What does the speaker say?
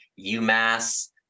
UMass